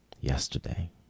yesterday